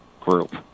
group